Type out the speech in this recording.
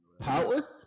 Power